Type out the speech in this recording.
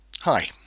Hi